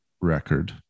record